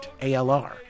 ALR